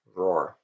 roar